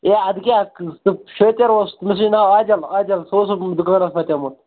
ہے اَدٕکہ سُہ شٲطِر اوس تٔمِس چھُے ناو عادِل عادِل سُہ اوس مےٚ دُکانَس متیٚوٗمُت